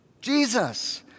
Jesus